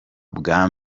bwa